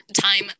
time